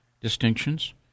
distinctions